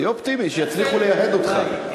תהיה אופטימי שיצליחו לייהד אותך.